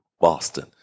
Boston